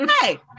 Hey